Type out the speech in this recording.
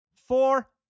Four